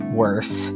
worse